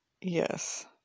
Yes